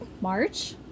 March